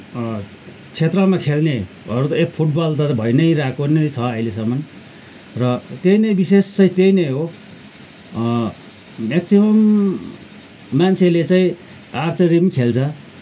क्षेत्रमा खेल्नेहरू त ए फुटबल त भइ नै रहेको नै छ अहिलेसम्म र त्यही नै विशेष चाहिँ त्यही नै हो मयाक्सिमम मान्छेले चाहिँ आर्चेरी पनि खेल्छ